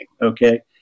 Okay